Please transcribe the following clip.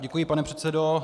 Děkuji, pane předsedo.